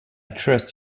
trust